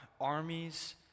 armies